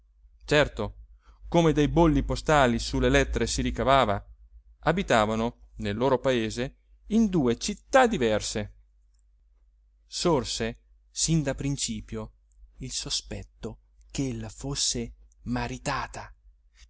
certo come dai bolli postali su le lettere si ricavava abitavano nel loro paese in due città diverse sorse sin da principio il sospetto ch'ella fosse maritata